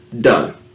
Done